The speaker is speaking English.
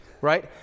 Right